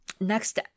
next